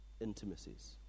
intimacies